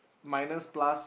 minus plus